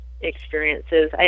experiences